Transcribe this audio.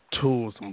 tools